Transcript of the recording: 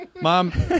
Mom